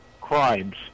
crimes